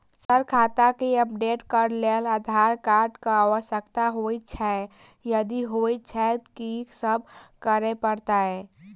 Sir खाता केँ update करऽ लेल आधार कार्ड केँ आवश्यकता होइ छैय यदि होइ छैथ की सब करैपरतैय?